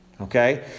Okay